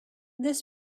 this